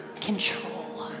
control